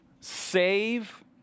save